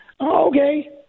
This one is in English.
Okay